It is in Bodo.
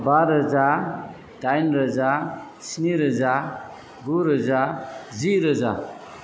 बा रोजा दाइन रोजा स्नि रोजा गु रोजा जि रोजा